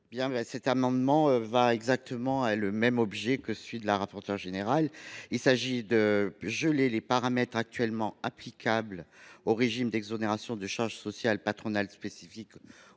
Cet amendement est le même que celui de Mme la rapporteure générale. Il s’agit de geler les paramètres actuellement applicables au régime d’exonération de charges sociales patronales spécifique